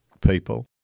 people